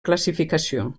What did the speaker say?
classificació